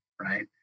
right